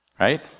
right